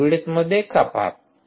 bandwidth मध्ये कपात